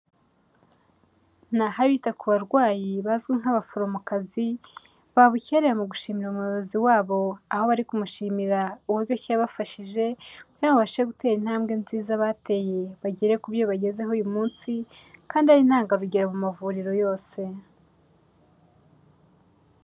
Ni aho abita ku barwayi bazwi nk'abaforomokazi babukereye mu gushimira umuyobozi wabo, aho bari kumushimira uburyo ki yabafashije kugira ngo babashe gutera intambwe nziza bateye bagere ku byo bagezaho uyu munsi, kandi ari intangarugero mu mavuriro yose.